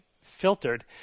filtered